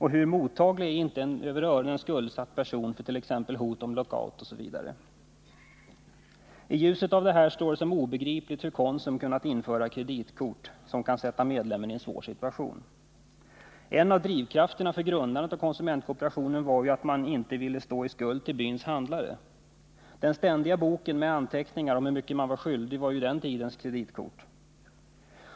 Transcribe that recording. Hur mottaglig är inte en över öronen skuldsatt person för t.ex. hot om Nr 48 lockout osv.? I ljuset av detta framstår det som obegripligt hur Konsum kunnat införa kreditkort som kan sätta medlemmen i en svår situation. En av drivkrafterna för grundandet av konsumentkooperationen var ju att man inte ville stå i skuld till byns handlare. Den ständiga boken med anteckningar om hur mycket man var skyldig var ju den tidens kreditkort.